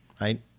right